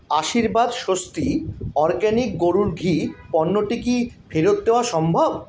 আশীর্বাদ স্বস্তি অরগ্যানিক গরুর ঘি পণ্যটি কি ফেরত দেওয়া সম্ভব